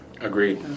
Agreed